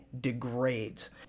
degrades